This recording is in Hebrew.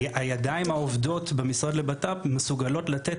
הידיים העובדות במשרד לבט"פ מסוגלות לתת